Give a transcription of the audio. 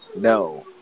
No